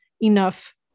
enough